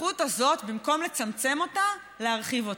במקום לצמצם את הסמכות הזאת, להרחיב אותה.